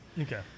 Okay